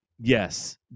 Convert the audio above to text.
Yes